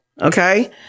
Okay